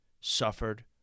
suffered